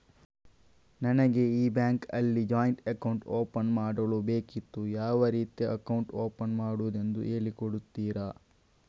ನನಗೆ ಈ ಬ್ಯಾಂಕ್ ಅಲ್ಲಿ ಜಾಯಿಂಟ್ ಅಕೌಂಟ್ ಓಪನ್ ಮಾಡಲು ಬೇಕಿತ್ತು, ಯಾವ ರೀತಿ ಅಕೌಂಟ್ ಓಪನ್ ಮಾಡುದೆಂದು ಹೇಳಿ ಕೊಡುತ್ತೀರಾ?